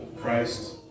Christ